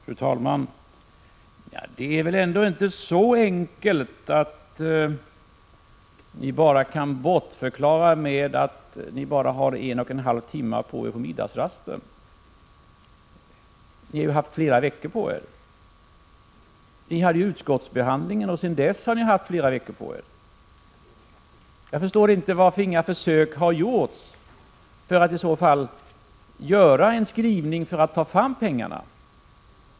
Fru talman! Det är väl ändå inte så enkelt att ni bara kan bortförklara detta genom att säga att ni bara har middagspausen på er för detta. Ni har ju haft flera: veckor på er. Ni har ju haft utskottsbehandling, och sedan dess har ni haft flera veckor på er. Jag förstår inte varför inga försök har gjorts för att i så fall åstadkomma en skrivning för att få fram pengarna.